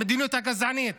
המדיניות הגזענית.